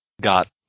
got